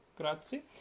Grazie